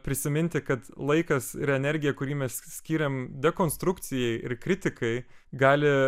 prisiminti kad laikas ir energija kurį mes skyrėm dekonstrukcijai ir kritikai gali